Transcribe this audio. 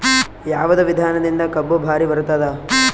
ಯಾವದ ವಿಧಾನದಿಂದ ಕಬ್ಬು ಭಾರಿ ಬರತ್ತಾದ?